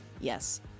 Yes